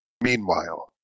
Meanwhile